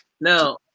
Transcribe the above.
Now